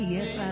Yes